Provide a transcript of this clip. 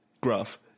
Graph